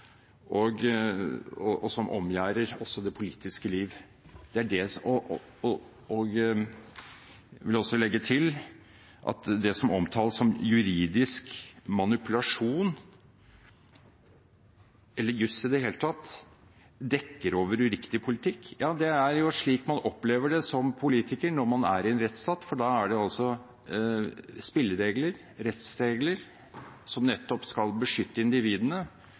også det politiske liv. Jeg vil også legge til at det som omtales som juridisk manipulasjon – eller juss i det hele tatt – dekker over uriktig politikk. Det er jo slik man opplever det som politiker når man er i en rettsstat, for da er det spilleregler, rettsregler, som nettopp skal beskytte individene